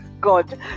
God